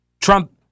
Trump